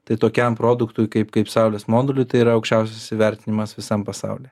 tai tokiam produktui kaip kaip saulės modulių tai yra aukščiausias įvertinimas visam pasauly